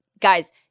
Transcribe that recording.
guys